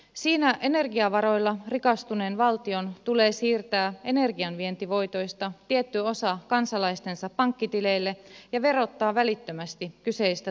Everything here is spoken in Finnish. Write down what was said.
siinä energiavaroilla rikastuneen valtion tulee siirtää energianvientivoitoista tietty osa kansalaistensa pankkitileille ja verottaa välittömästi kyseistä tulonsiirtoa